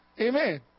Amen